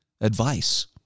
advice